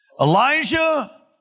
Elijah